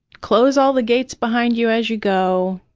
close all the gates behind you as you go,